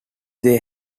they